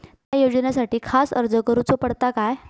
त्या योजनासाठी खास अर्ज करूचो पडता काय?